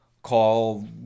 Call